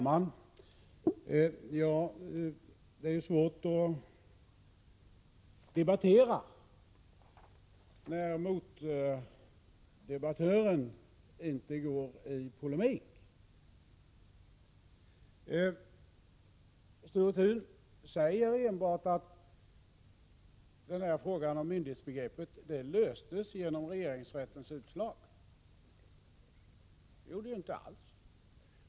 Herr talman! Det är svårt att debattera när motdebattören inte går i polemik. Sture Thun säger endast att frågan om myndighetsbegreppet löstes genom regeringsrättens utslag. Det gjorde den inte alls!